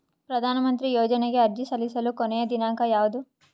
ಪ್ರಧಾನ ಮಂತ್ರಿ ಯೋಜನೆಗೆ ಅರ್ಜಿ ಸಲ್ಲಿಸಲು ಕೊನೆಯ ದಿನಾಂಕ ಯಾವದು?